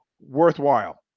Worthwhile